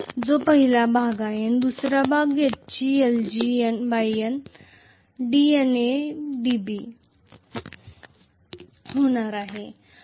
तो पहिला भाग आहे आणि दुसरा भाग HglgN dNAdB होणार आहे